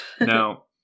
Now